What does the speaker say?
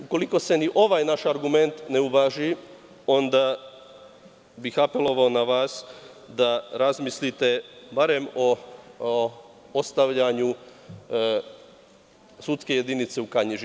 Ukoliko se ni ovaj naš argument ne uvaži, onda bih apelovao na vas da razmislite barem od ostavljanju sudske jedinice u Kanjiži.